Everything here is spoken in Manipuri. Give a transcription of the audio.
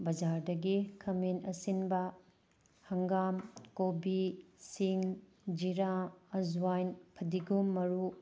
ꯕꯖꯥꯔꯗꯒꯤ ꯈꯥꯃꯦꯟ ꯑꯁꯤꯟꯕ ꯍꯪꯒꯥꯝ ꯀꯣꯕꯤ ꯁꯤꯡ ꯖꯤꯔꯥ ꯑꯖꯋꯥꯏꯟ ꯐꯗꯤꯒꯣꯝ ꯃꯔꯨ